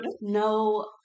No